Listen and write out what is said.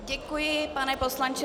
Děkuji, pane poslanče.